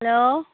hello